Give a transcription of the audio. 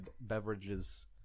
beverages